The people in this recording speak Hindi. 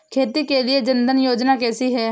खेती के लिए जन धन योजना कैसी है?